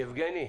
יבגני,